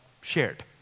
shared